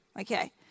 okay